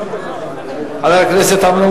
חבר הכנסת אמנון